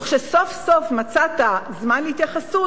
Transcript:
וכשסוף-סוף מצאת זמן להתייחסות,